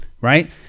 right